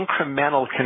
incremental